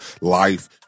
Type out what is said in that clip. life